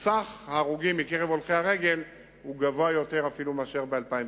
מספר ההרוגים בקרב הולכי-הרגל הוא גדול יותר אפילו מאשר ב-2008.